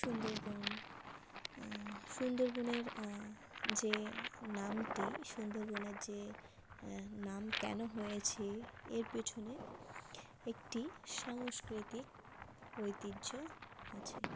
সুন্দরবন সুন্দরবনের যে নামটি সুন্দরবনের যে নাম কেন হয়েছে এর পেছনে একটি সাংস্কৃতিক ঐতিহ্য আছে